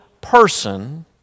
person